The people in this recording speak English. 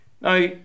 Now